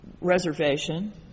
reservation